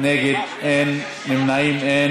נא להצביע.